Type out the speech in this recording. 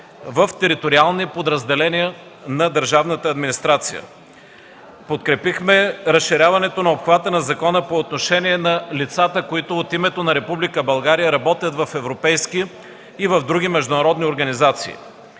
в териториални подразделения на държавната администрация. Подкрепихме разширяването на обхвата на закона по отношение на лицата, които от името на Република България работят в европейски и в други международни организации.